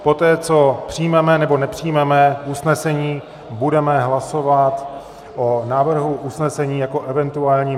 Poté co přijmeme nebo nepřijmeme usnesení, budeme hlasovat o návrhu usnesení jako event.